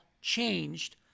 changed